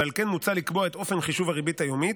ועל כן מוצע לקבוע את אופן חישוב הריבית היומית,